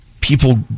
people